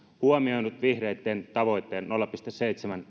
huomioinut vihreitten tavoitteen kehitysyhteistyön nolla pilkku seitsemän